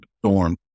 storm